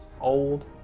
old